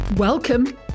Welcome